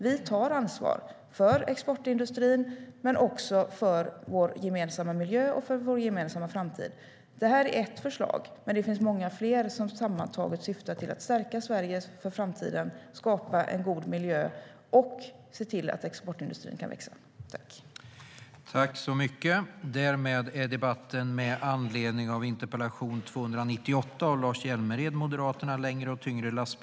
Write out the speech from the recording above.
Vi tar ansvar för exportindustrin men också för vår gemensamma miljö och vår gemensamma framtid. Det här är ettÖverläggningen var härmed avslutad.